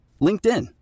LinkedIn